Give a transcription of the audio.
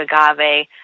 agave